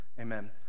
Amen